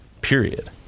period